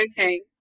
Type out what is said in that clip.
Okay